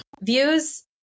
views